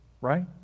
right